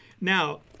now